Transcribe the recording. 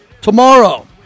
Tomorrow